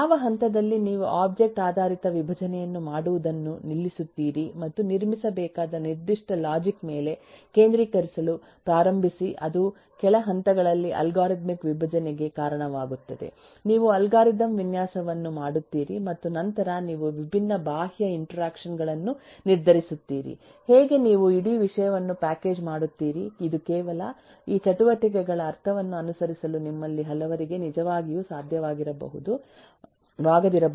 ಯಾವ ಹಂತದಲ್ಲಿ ನೀವು ಒಬ್ಜೆಕ್ಟ್ ಆಧಾರಿತ ವಿಭಜನೆಯನ್ನು ಮಾಡುವುದನ್ನು ನಿಲ್ಲಿಸುತ್ತೀರಿ ಮತ್ತು ನಿರ್ಮಿಸಬೇಕಾದ ನಿರ್ದಿಷ್ಟ ಲಾಜಿಕ್ ಮೇಲೆ ಕೇಂದ್ರೀಕರಿಸಲು ಪ್ರಾರಂಭಿಸಿ ಅದು ಕೆಳ ಹಂತಗಳಲ್ಲಿ ಅಲ್ಗಾರಿದಮಿಕ್ ವಿಭಜನೆಗೆ ಕಾರಣವಾಗುತ್ತದೆ ನೀವು ಅಲ್ಗಾರಿದಮ್ ವಿನ್ಯಾಸವನ್ನು ಮಾಡುತ್ತೀರಿ ಮತ್ತು ನಂತರ ನೀವು ವಿಭಿನ್ನ ಬಾಹ್ಯ ಇಂಟರ್ಯಾಕ್ಷನ್ ಗಳನ್ನು ನಿರ್ಧರಿಸುತ್ತೀರಿ ಹೇಗೆ ನೀವು ಇಡೀ ವಿಷಯವನ್ನು ಪ್ಯಾಕೇಜ್ ಮಾಡುತ್ತೀರಿ ಇವು ಕೇವಲ ಈ ಚಟುವಟಿಕೆಗಳ ಅರ್ಥವನ್ನು ಅನುಸರಿಸಲು ನಿಮ್ಮಲ್ಲಿ ಹಲವರಿಗೆ ನಿಜವಾಗಿಯೂ ಸಾಧ್ಯವಾಗದಿರಬಹುದು ಎಂದು ನಾನು ಅರ್ಥಮಾಡಿಕೊಳ್ಳಬಲ್ಲೆ